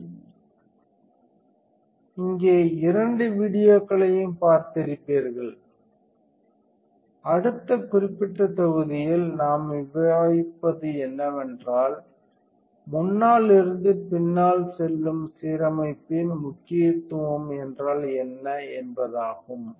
சரி இங்கே நீங்கள் இரண்டு வீடியோக்களையும் பார்த்திருப்பதால் அடுத்த குறிப்பிட்ட தொகுதியில் நாம் விவாதிப்பது என்னவென்றால் முன்னால் இருந்து பின்னால் செல்லும் சீரமைப்பின் முக்கியத்துவம் என்றால் என்ன என்பதாகும்